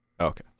Okay